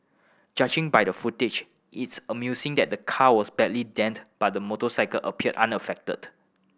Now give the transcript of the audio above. judging by the footage it's amusing that the car was badly dent but the motorcycle appeared unaffected